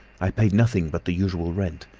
i paid nothing but the usual rent.